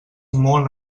molt